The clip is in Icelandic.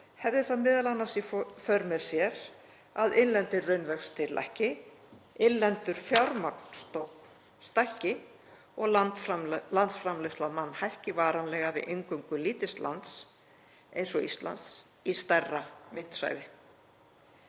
hefði það m.a. í för með sér að innlendir raunvextir lækki, innlendur fjármagnsstofn stækki og landsframleiðsla á mann hækki varanlega við inngöngu lítils lands eins og Íslands í stærra myntsvæði.